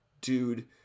dude